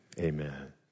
Amen